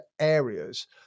areas